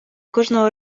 кожного